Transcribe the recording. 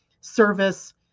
service